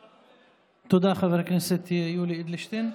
תודה, חבר הכנסת יולי אדלשטיין.